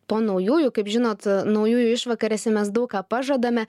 to naujųjų kaip žinot naujųjų išvakarėse mes daug ką pažadame